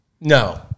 No